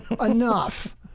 Enough